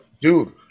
Dude